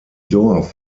dorf